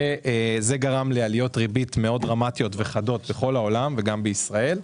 מה שגרם לעליות ריבית מאוד דרמטיות וחדות בכל העולם וגם בישראל.